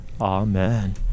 Amen